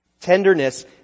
Tenderness